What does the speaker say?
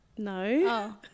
No